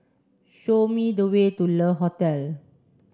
show me the way to Le Hotel